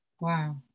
wow